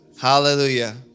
Hallelujah